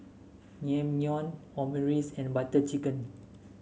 Naengmyeon Omurice and Butter Chicken